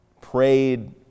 prayed